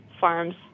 farms